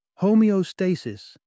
Homeostasis